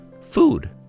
Food